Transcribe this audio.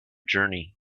journey